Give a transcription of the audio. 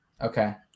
Okay